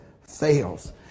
fails